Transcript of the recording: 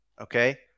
Okay